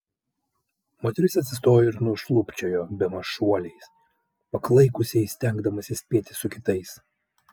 moteris atsistojo ir nušlubčiojo bemaž šuoliais paklaikusiai stengdamasi spėti su kitais